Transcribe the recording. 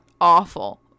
awful